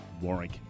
Warwick